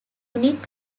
unit